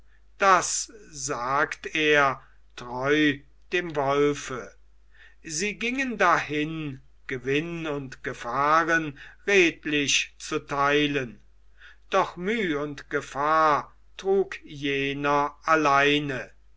das sagt er treu dem wolfe sie gingen dahin gewinn und gefahren redlich zu teilen doch müh und gefahr trug jener alleine